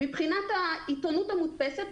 מבחינת העיתונות המודפסת,